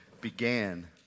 began